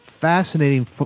fascinating